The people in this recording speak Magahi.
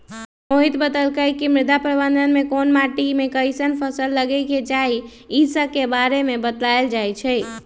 मोहित बतलकई कि मृदा प्रबंधन में कोन माटी में कईसन फसल लगे के चाहि ई स के बारे में बतलाएल जाई छई